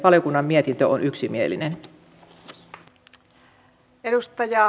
valiokunnan mietintö on yksimielinen